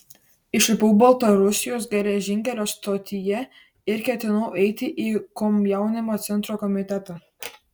išlipau baltarusijos geležinkelio stotyje ir ketinau eiti į komjaunimo centro komitetą